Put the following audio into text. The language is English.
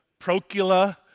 Procula